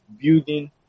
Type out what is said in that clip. building